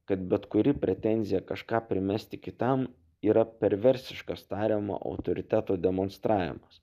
kad bet kuri pretenzija kažką primesti kitam yra perversiškas tariamo autoriteto demonstravimas